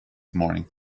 morning